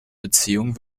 beziehung